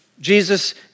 Jesus